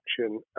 action